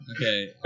Okay